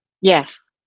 Yes